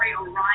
Orion